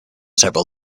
several